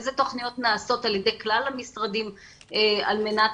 איזה תוכניות נעשות על ידי כלל המשרדים על מנת